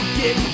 get